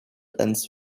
ends